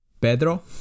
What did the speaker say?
pedro